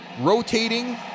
rotating